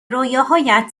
رویاهایت